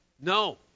No